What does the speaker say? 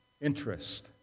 interest